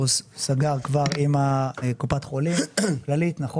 הוא סגר כבר עם קופת חולים לאומית,